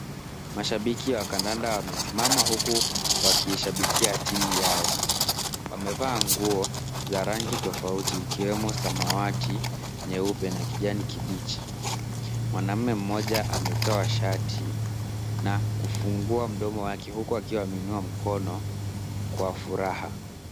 Mashabiki wa kandanda wamesimama huku wakiishabikia timu yao. Wamevaa nguo za rangi tofauti ikiwemo samawati, nyeupe na kijani kibichi. Mwanaume mmoja ametoa shati na kufungua mdomo wake huku akiwa ameinua mkono kwa furaha.